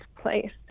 place